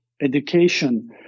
education